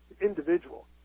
individual